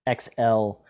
XL